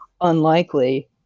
unlikely